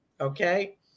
Okay